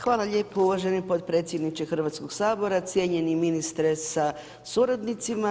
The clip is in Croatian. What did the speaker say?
Hvala lijepo uvaženi podpredsjedniče Hrvatskog sabora, cijenjeni ministre sa suradnicima.